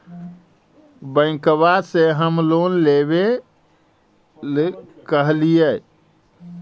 बैंकवा से हम लोन लेवेल कहलिऐ?